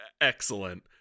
Excellent